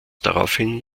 daraufhin